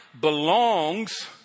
belongs